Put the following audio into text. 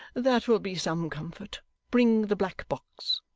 that will be some comfort bring the black box.